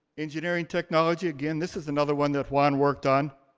engineering technology, again this is another one that juan worked on.